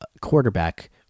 quarterback